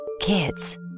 Kids